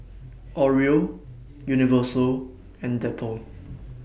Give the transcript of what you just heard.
Oreo Universal and Dettol